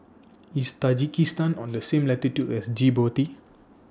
IS Tajikistan on The same latitude as Djibouti